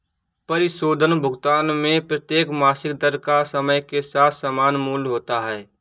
परिशोधन भुगतान में प्रत्येक मासिक दर का समय के साथ समान मूल्य होता है